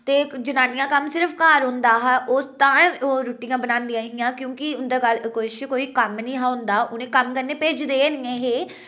ते जनानी दा क'म्म सिर्फ घर होंदा हा ओह् तां ही रुट्टियां बनादियां हियां क्योंकि उन्दे घर किश कोई क'म्म नेईं हा उ'दा उ'नें ई क'म्म करने ई भेजदे निं ऐहे